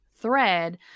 thread